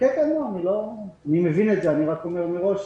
אני מבין את זה, אני רק אומר מראש.